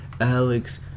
Alex